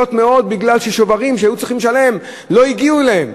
מאוד כי שוברים שהיו צריכים לשלם לא הגיעו אליהם.